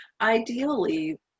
Ideally